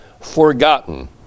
forgotten